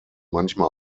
manchmal